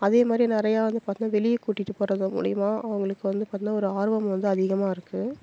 அதேமாதிரி நிறையா வந்து பார்த்திங்கனா வெளியே கூட்டிட்டு போகிறது மூலிமா அவங்களுக்கு வந்து பார்த்திங்கனா ஒரு ஆர்வம் வந்து அதிகமாக இருக்குது